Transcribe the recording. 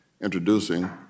introducing